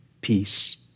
peace